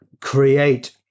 create